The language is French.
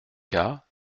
cas